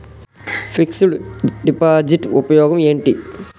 Fix డ్ deposit ఉపయోగం ఏంటి?